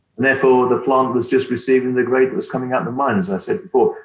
therefore the plant was just receiving the grade that was coming out of the mine as i said before.